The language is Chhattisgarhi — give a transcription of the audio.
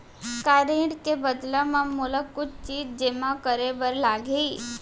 का ऋण के बदला म मोला कुछ चीज जेमा करे बर लागही?